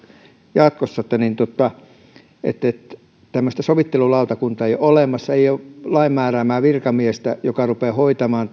jatkossa että tämmöistä sovittelulautakuntaa ei ole olemassa ei ole lain määräämää virkamiestä joka rupeaa hoitamaan